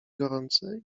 gorące